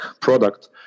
product